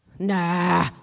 Nah